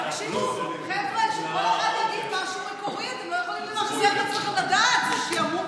חברת הכנסת מטי צרפתי הרכבי,